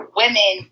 women